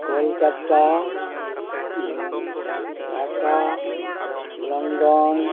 Kolkata Dhaka London